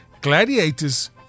Gladiators